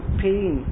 pain